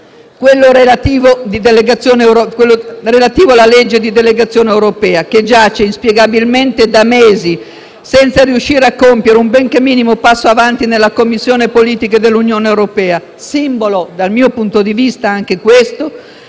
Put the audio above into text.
quello relativo alla legge di delegazione europea, che giace inspiegabilmente in Commissione da mesi, senza riuscire a compiere un ben che minimo passo avanti nella Commissione politiche dell'Unione europea: simbolo anche questo,